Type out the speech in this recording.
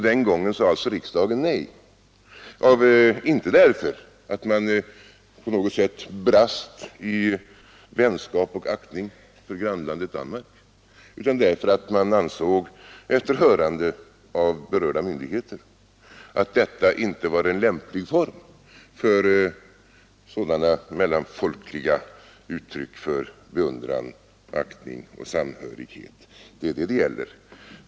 Den gången sade riksdagen nej — inte därför att man på något sätt brast i vänskap och aktning för grannlandet Danmark utan därför att man ansåg, efter hörande av berörda myndigheter, att detta inte var en lämplig form av mellanfolkliga uttryck för beundran, aktning och samhörighet. Det är detta det gäller.